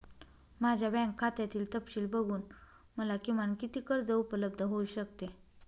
माझ्या बँक खात्यातील तपशील बघून मला किमान किती कर्ज उपलब्ध होऊ शकते?